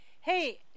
Hey